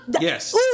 Yes